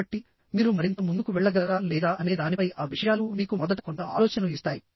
కాబట్టిమీరు మరింత ముందుకు వెళ్ళగలరా లేదా అనే దానిపై ఆ విషయాలు మీకు మొదట కొంత ఆలోచనను ఇస్తాయి